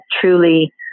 truly